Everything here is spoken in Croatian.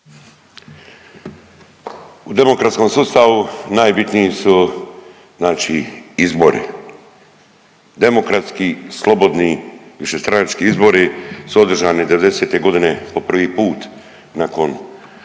U demokratskom sustavu najbitniji su znači izbori demokratski, slobodni, višestranački izbori su održani devedesete godine po prvi put nakon